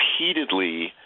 repeatedly